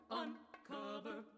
uncover